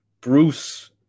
Bruce